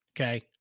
Okay